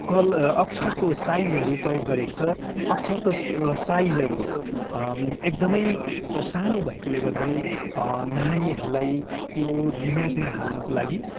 call अक्षरको साइजहरू प्रयोग गरिएको छ अक्षरको साइजहरू एकदमै सानो भएकोले गर्दाखेरि नानीहरूलाई त्यो दिमागमा हाल्नुको लागि